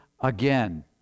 again